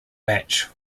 match